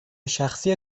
شخصی